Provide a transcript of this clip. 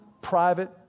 private